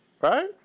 right